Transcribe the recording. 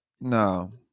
no